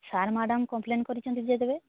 sir madam complain କରିଛନ୍ତି ଯେ ତେବେ